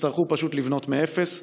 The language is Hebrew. ויצטרכו פשוט לבנות מאפס,